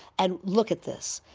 and look at this,